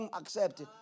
accept